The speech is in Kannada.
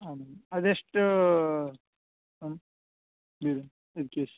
ಹಾಂ ಮ್ಯಾಮ್ ಅದು ಎಷ್ಟೂ ಮ್ಯಾಮ್ ಇದು ಇದು ಕೇಸ್